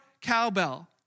cowbell